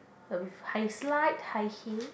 a with high slight high heel